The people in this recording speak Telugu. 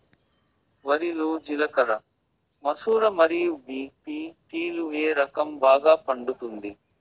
వరి లో జిలకర మసూర మరియు బీ.పీ.టీ లు ఏ రకం బాగా పండుతుంది